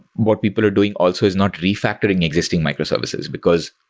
what people are doing also is not refactoring existing microservices, because,